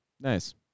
Nice